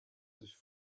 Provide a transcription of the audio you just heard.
sich